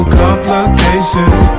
complications